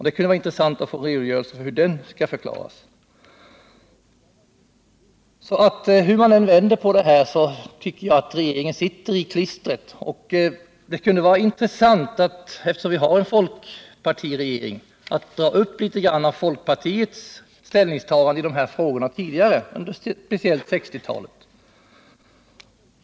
Det kunde vara intressant att få en redogörelse för hur den skall förklaras. Hur man än vänder på frågan tycker jag att regeringen sitter i klistret. Det kunde vara intressant — eftersom vi har en folkpartiregering —att ta upp litet grand av folkpartiets tidigare ställningstagande i de här frågorna, speciellt under 1960-talet.